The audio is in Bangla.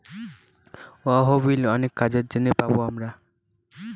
তহবিল অনেক কাজের জন্য পাবো আমরা